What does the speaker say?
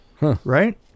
right